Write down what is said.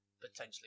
potentially